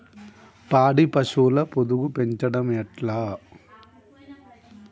పాడి పశువుల పొదుగు పెంచడం ఎట్లా?